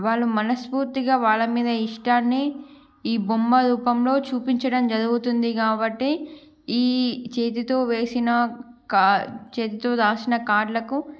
వాళ్ళు మనస్ఫూర్తిగా వాళ్ళ మీద ఇష్టాన్ని ఈ బొమ్మ రూపంలో చూపించడం జరుగుతుంది కాబట్టి ఈ చేతితో వేసిన కార్డ్ చేతితో రాసిన కార్డులకు